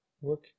work